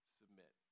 submit